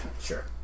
Sure